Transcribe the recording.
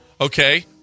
Okay